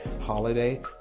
holiday